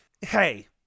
hey